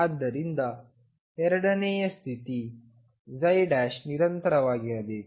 ಆದ್ದರಿಂದ ಎರಡನೆಯ ಸ್ಥಿತಿ ನಿರಂತರವಾಗಿರಬೇಕು